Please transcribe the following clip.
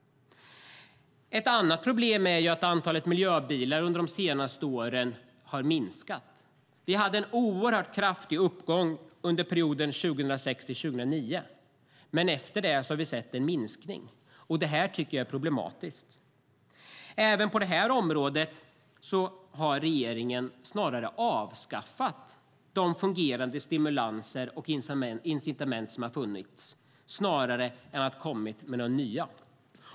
Ett annat problem är att antalet miljöbilar under de senaste åren har minskat. Vi hade en oerhört kraftig uppgång under perioden 2006-2009, men efter det har vi sett en minskning. Det tycker jag är problematiskt. Även på det här området har regeringen snarare avskaffat de fungerande stimulanser och incitament som har funnits än kommit med några nya.